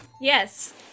Yes